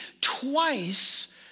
twice